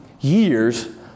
years